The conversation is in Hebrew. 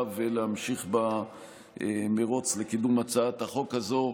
ולהמשיך במרוץ לקידום הצעת החוק הזו,